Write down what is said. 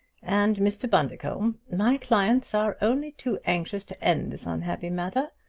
and mr. bundercombe, my clients are only too anxious to end this unhappy matter.